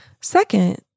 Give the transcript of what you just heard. Second